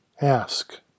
Ask